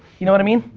you know what i mean?